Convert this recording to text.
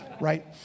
right